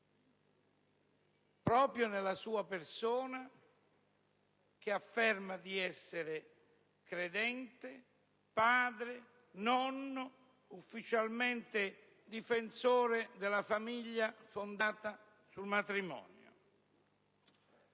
proprio nella sua persona, che afferma di essere credente, padre, nonno, ufficialmente difensore della famiglia fondata sul matrimonio.